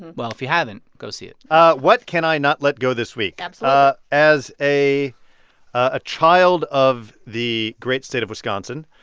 well, if you haven't, go see it what can i not let go this week? um so ah as a ah child of the great state of wisconsin,